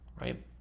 right